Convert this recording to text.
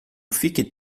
fique